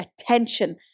attention